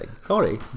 Sorry